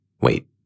Wait